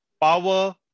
power